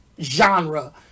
genre